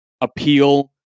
appeal